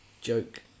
Joke